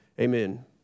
Amen